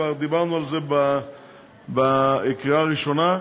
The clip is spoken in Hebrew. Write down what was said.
כבר דיברנו על זה בקריאה ראשונה,